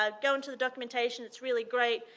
ah go into the documentation. it's really great.